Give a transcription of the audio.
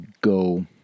go